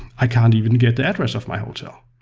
i can't even get the address of my hotel.